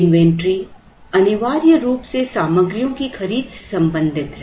inventory अनिवार्य रूप से सामग्रियों की खरीद से संबंधित है